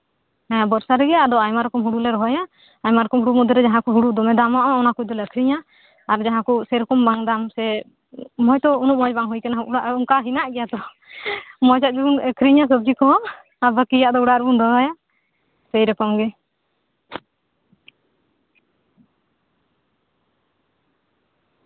ᱦᱮᱸ ᱵᱚᱨᱥᱟ ᱨᱮᱜᱮ ᱟᱫᱚ ᱟᱭᱢᱟ ᱨᱚᱠᱚᱢ ᱦᱩᱲᱩ ᱞᱮ ᱨᱚᱦᱚᱭᱟ ᱟᱭᱢᱟ ᱨᱚᱠᱚᱢ ᱦᱩᱲᱩ ᱢᱚᱫᱽᱫᱷᱮ ᱨᱮ ᱡᱟᱦᱟᱸ ᱠᱚ ᱦᱩᱲᱩ ᱫᱚ ᱫᱚᱢᱮ ᱫᱟᱢᱚᱜᱼᱟ ᱚᱱᱟ ᱠᱚᱫᱚ ᱞᱮ ᱟᱠᱷᱨᱤᱧᱟ ᱟᱨ ᱡᱟᱦᱟᱸᱠᱚ ᱥᱮᱨᱚᱠᱚᱢ ᱵᱟᱝ ᱫᱟᱢ ᱥᱮ ᱦᱳᱭᱛᱳ ᱩᱱᱟᱹᱜ ᱢᱚᱸᱡ ᱵᱟᱝ ᱦᱩᱭ ᱠᱟᱱᱟ ᱚᱲᱟᱜ ᱨᱮ ᱚᱱᱠᱟ ᱦᱮᱱᱟᱜ ᱜᱮᱭᱟ ᱛᱚ ᱢᱚᱸᱡᱟᱜ ᱜᱮᱵᱚᱱ ᱟᱠᱷᱨᱤᱧᱟ ᱥᱚᱵᱡᱤ ᱠᱚᱦᱚᱸ ᱟᱨ ᱵᱟᱠᱤᱭᱟᱜ ᱫᱚ ᱚᱲᱟᱜ ᱨᱮᱵᱚᱱ ᱫᱚᱦᱚᱭᱟ ᱥᱮᱨᱚᱠᱚᱢ ᱜᱮ